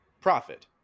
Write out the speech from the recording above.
Profit